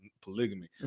polygamy